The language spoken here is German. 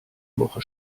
woche